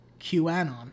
QAnon